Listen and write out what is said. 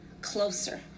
closer